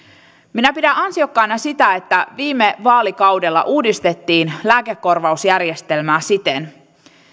minä pidän ansiokkaana sitä että viime vaalikaudella uudistettiin lääkekorvausjärjestelmää